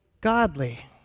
godly